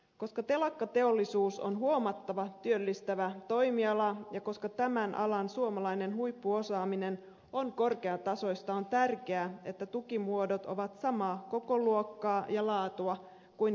koska telakkateollisuus on huomattava työllistävä toimiala ja koska tämän alan suomalainen huippuosaaminen on korkeatasoista on tärkeää että tukimuodot ovat samaa kokoluokkaa ja laatua kuin kilpailijamaissa